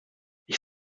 ich